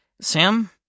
Sam